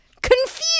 confused